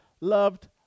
loved